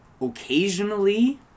Occasionally